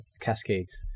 cascades